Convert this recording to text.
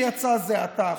שיצא זה עתה,